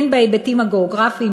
הן בהיבטים הגיאוגרפיים,